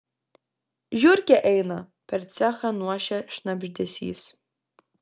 žiurkė eina per cechą nuošia šnabždesys